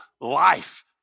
life